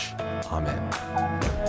Amen